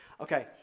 Okay